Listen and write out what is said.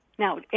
Now